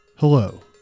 Hello